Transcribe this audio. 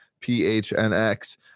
PHNX